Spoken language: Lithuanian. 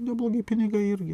neblogi pinigai irgi